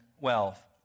wealth